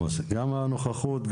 גם הנוכחות,